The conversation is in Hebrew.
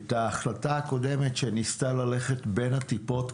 את ההחלטה הקודמת שניסתה ללכת בין הטיפות,